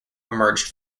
emerged